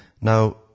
Now